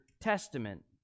Testament